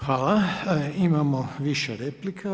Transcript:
Hvala, imamo više replika.